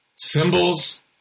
Symbols